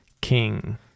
King